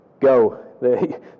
Go